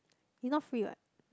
he not free what